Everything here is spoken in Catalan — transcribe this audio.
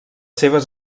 seves